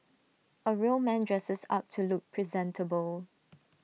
A real man dresses up to look presentable